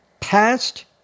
past